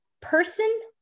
person